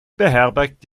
beherbergt